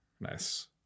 nice